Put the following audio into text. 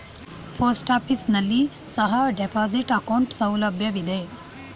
post office ನಲ್ಲಿ ಸಹ deposit account ಸೌಲಭ್ಯವಿದೆ